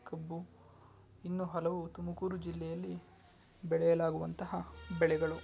ಕಬ್ಬು ಇನ್ನೂ ಹಲವು ತುಮಕೂರು ಜಿಲ್ಲೆಯಲ್ಲಿ ಬೆಳೆಯಲಾಗುವಂತಹ ಬೆಳೆಗಳು